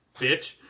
bitch